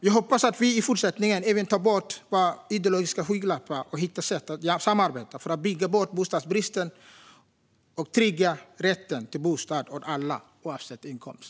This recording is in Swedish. Jag hoppas att vi i fortsättningen även tar bort våra ideologiska skygglappar och hittar sätt att samarbeta för att bygga bort bostadsbristen och trygga rätten till bostad åt alla oavsett inkomst.